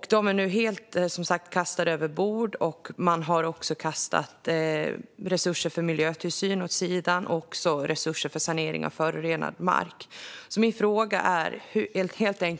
Dessa har man helt kastat överbord. Ni har även kastat resurser för miljötillsyn liksom för sanering av förorenad mark åt sidan.